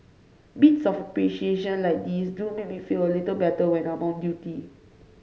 bits of appreciation like these do make me feel a little better when I'm on duty